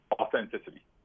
authenticity